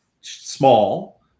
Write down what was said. small